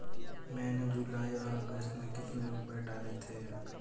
मैंने जुलाई और अगस्त में कितने रुपये डाले थे?